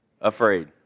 afraid